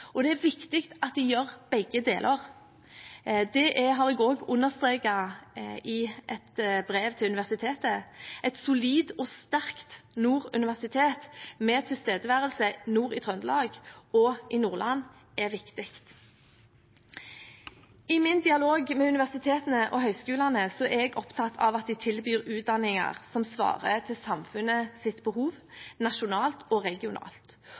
og det er viktig at de gjør begge deler. Det har jeg også understreket i et brev til universitetet. Et solid og sterkt Nord universitet med tilstedeværelse nord i Trøndelag og i Nordland er viktig. I min dialog med universitetene og høyskolene er jeg opptatt av at de tilbyr utdanninger som svarer til samfunnets behov, nasjonalt og regionalt.